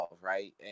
right